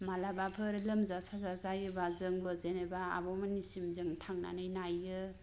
मालाबाफोर लोमजा साजा जायोबा जोंबो जेनोबा आब' मोननिसिम जों थांनानै नायो